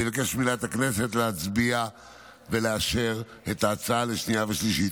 אני מבקש ממליאת הכנסת להצביע ולאשר את ההצעה לשנייה ושלישית.